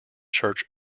church